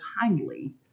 kindly